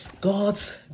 God's